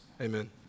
Amen